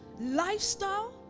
lifestyle